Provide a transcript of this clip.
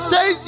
Say